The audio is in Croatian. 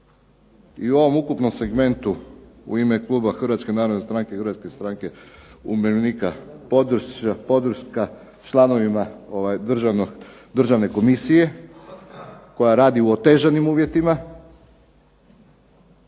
i u ovom ukupnom segmentu u ime kluba Hrvatske narodne stranke i Hrvatske stranke umirovljenika podrška članovima Državne komisije koja radi u otežanim uvjetima.